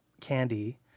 candy